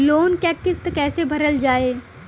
Loan क किस्त कैसे भरल जाए?